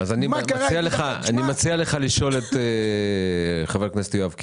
אני מציע לך לשאול את חבר הכנסת יואב קיש.